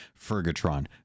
Fergatron